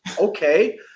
okay